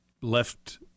left